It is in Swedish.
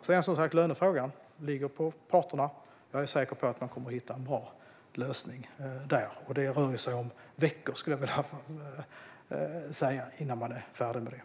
Som sagt: Lönefrågan ligger hos parterna. Jag är säker på att man kommer att hitta en bra lösning, och det rör sig om veckor tills man är färdig med det.